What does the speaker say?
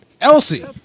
Elsie